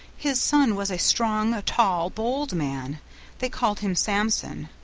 his son was a strong, tall, bold man they called him samson,